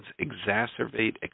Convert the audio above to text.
exacerbate